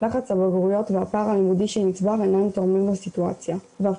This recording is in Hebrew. לחץ הבגרויות והפער הלימודי שנצבר אינם תורמים לסיטואציה ואף